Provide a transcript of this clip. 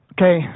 Okay